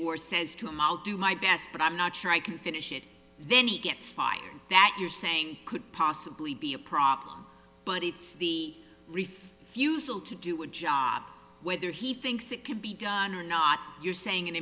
or says to him out do my best but i'm not sure i can finish it then he gets fired that you're saying could possibly be a problem but it's the refusal to do it job whether he thinks it could be done or not you're saying an